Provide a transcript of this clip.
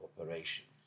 operations